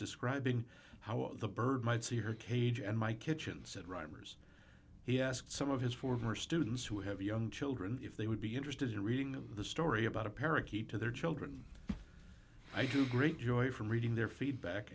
describing how the bird might see her cage and my kitchen said reimers he asked some of his former students who have young children if they would be interested in reading them the story about a parakeet to their children i do great joy from reading their feedback